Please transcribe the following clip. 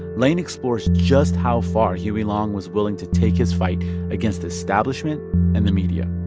laine explores just how far huey long was willing to take his fight against the establishment and the media.